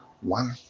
one